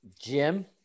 Jim